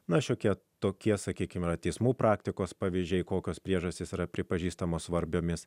na šiokia tokie sakykime yra teismų praktikos pavyzdžiai kokios priežastys yra pripažįstamos svarbiomis